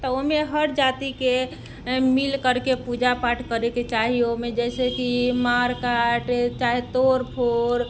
तऽ ओहिमे हर जातिके मिल करके पूजा पाठ करैके चाही ओहिमे जैसे कि मारकाट चाहे तोड़फोड़